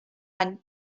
any